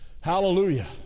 Hallelujah